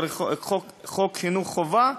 דרך חוק חינוך חובה,